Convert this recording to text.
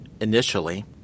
initially